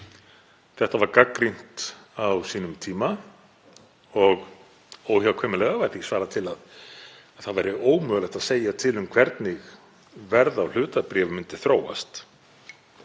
Þetta var gagnrýnt á sínum tíma og óhjákvæmilega var því svarað til að það væri ómögulegt að segja til um hvernig verð á hlutabréfum myndi þróast,